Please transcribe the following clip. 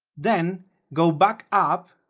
then go back up,